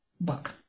book